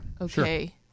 Okay